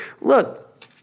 look